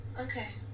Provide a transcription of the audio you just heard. okay